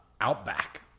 Outback